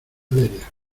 valeria